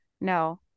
no